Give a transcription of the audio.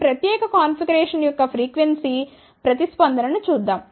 ఈ ప్రత్యేక కాన్ఫిగరేషన్ యొక్క ఫ్రీక్వెన్సీ ప్రతిస్పందన ను చూద్దాం